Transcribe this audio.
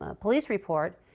ah police report,